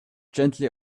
gently